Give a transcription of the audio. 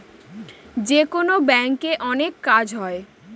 যেকোনো ব্যাঙ্কে অনেক কাজ হয়